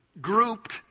grouped